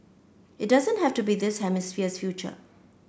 it doesn't have to be this hemisphere's future